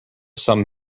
sum